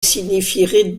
signifierait